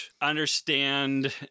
understand